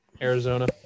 Arizona